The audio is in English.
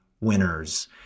winners